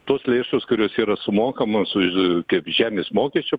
tos lėšos kurios yra sumokamos už kaip žemės mokesčio